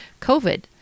covid